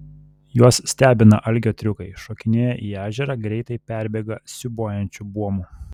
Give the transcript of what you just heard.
juos stebina algio triukai šokinėja į ežerą greitai perbėga siūbuojančiu buomu